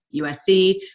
USC